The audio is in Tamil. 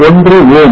1 ஓம்